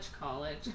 college